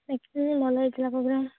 ଦେଖିଥାନ୍ତେ ଭଲ ହୋଇଥିଲା ପ୍ରୋଗ୍ରାମ୍